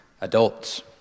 adults